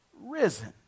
risen